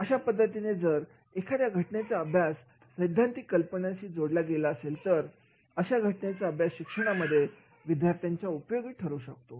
अशा पद्धतीने जर एखाद्या घटनेचा अभ्यास सैद्धांतिक संकल्पना जोडला गेलेला असेल तर अशा घटनेचा अभ्यास शिक्षणामध्ये विद्यार्थ्यांच्या उपयोगी ठरू शकेल